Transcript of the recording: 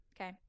Okay